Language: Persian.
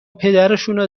پدرشونو